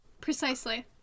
precisely